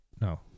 no